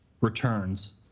Returns